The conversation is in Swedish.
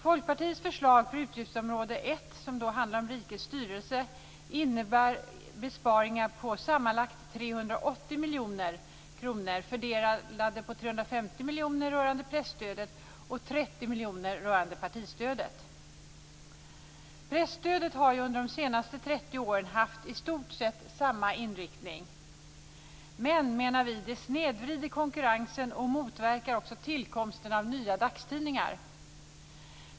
Folkpartiets förslag för utgiftsområde 1, som handlar om rikets styrelse, innebär besparingar på sammanlagt 380 miljoner kronor fördelade på 350 Presstödet har under de senaste 30 åren haft i stort sett samma inriktning. Vi menar att det snedvrider konkurrensen och motverkar tillkomsten av nya dagstidningar.